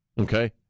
Okay